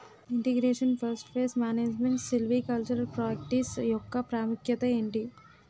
integration forest pest management silvicultural practice యెక్క ప్రాముఖ్యత ఏంటి